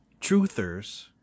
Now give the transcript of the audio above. truthers